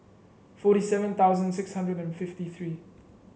forty seven thousand six hundred and fifty three